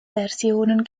versionen